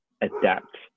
adapt